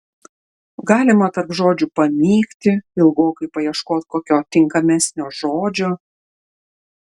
galima tarp žodžių pamykti ilgokai paieškot kokio tinkamesnio žodžio